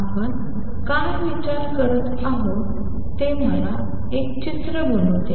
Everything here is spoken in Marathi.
आपण काय विचार करत आहोत ते मला एक चित्र बनवू द्या